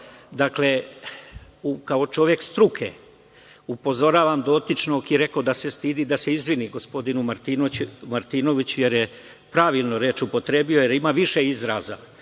razvoju. Kao čovek struke, upozoravam dotičnog koji je rekao da se stidi, da se izvini gospodinu Martinoviću, jer je pravilnu reč upotrebio. Ima više izraza